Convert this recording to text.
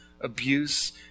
abuse